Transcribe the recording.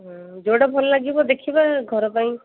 ହୁଁ ଯୋଉଟା ଭଲ ଲାଗିବ ଦେଖିବା ଘର ପାଇଁ